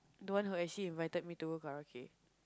the one who actually invited me to go karaoke